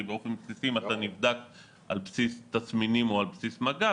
כי באופן בסיסי אם אתה נבדק על בסיס תסמינים או על בסיס מגע,